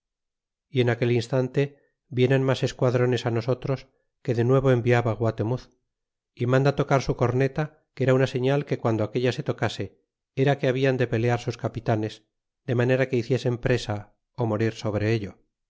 y en aquel instante vienen mas esquadrones á nosotros que de nuevo enviaba guatemuz y manda tocar su corneta que era una señal que guando aquella se tocase era que habian de pelear sus capitanes de manera que hiciesen presa ó morir sobre ello